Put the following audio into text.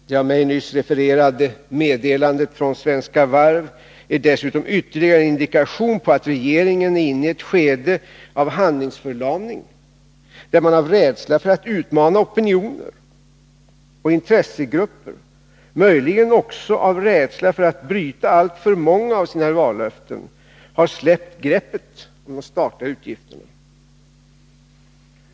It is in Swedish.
Det av mig nyss refererade meddelandet från Svenska Varv är dessutom ytterligare en indikation på att regeringen är inne i ett skede av handlingsförlamning, där man av rädsla för att utmana opinioner och intressegrupper, möjligen också av rädsla för att bryta alltför många av sina vallöften, har släppt greppet om de statliga utgifterna.